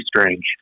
strange